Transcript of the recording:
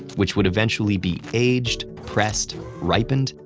which would eventually be aged, pressed, ripened,